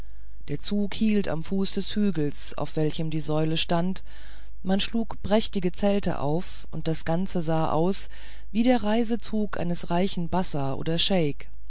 der zug hielt am fuße des hügels auf welchem die säule stand man schlug prachtvolle zelte auf und das ganze sah aus wie der reisezug eines reichen bassa oder